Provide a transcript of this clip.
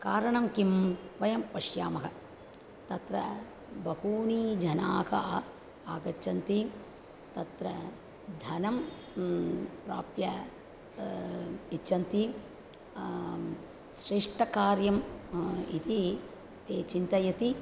कारणं किं वयं पश्यामः तत्र बहूनि जनाः आगच्छन्ति तत्र धनं प्राप्य इच्छन्ति श्रेष्ठकार्यम् इति ते चिन्तयन्ति